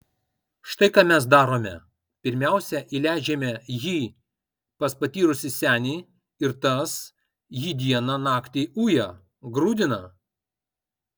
štai ką mes darome pirmiausia įleidžiame jį pas patyrusį senį ir tas jį dieną naktį uja grūdina